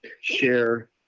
share